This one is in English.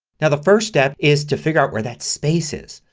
now the first step is to figure out where that space is.